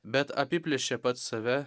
bet apiplėšė pats save